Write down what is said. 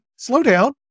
slowdown